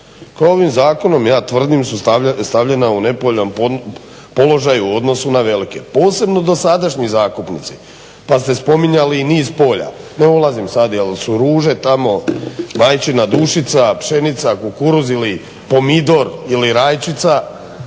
koja ovim zakonom ja tvrdim su stavljena u nepovoljan položaj u odnosu na velike. Posebno dosadašnji zakupnici, pa ste spominjali i niz polja, ne ulazim sad jel su ruže tamo, majčina dušica, pšenica, kukuruz ili pomidor ili rajčica